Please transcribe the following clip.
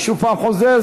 אני שוב חוזר,